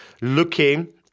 looking